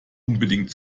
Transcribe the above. unbedingt